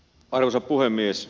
arvoisa puhemies